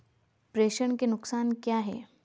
प्रेषण के नुकसान क्या हैं?